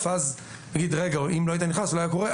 אז נגיד: אם לא היית נכנס זה לא היה קורה.